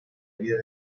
vida